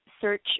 search